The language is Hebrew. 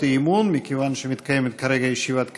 האי-אמון מכיוון שמתקיימת כרגע ישיבת קבינט,